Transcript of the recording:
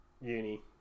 uni